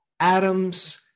atoms